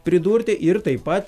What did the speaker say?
pridurti ir taip pat